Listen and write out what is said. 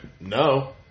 no